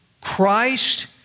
Christ